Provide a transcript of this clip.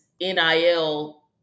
NIL